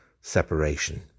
separation